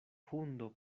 hundo